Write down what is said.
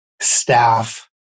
staff